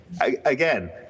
again